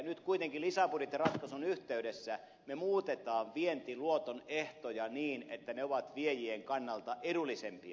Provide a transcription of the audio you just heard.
nyt kuitenkin lisäbudjettiratkaisun yhteydessä me muutamme vientiluoton ehtoja niin että ne ovat viejien kannalta edullisempia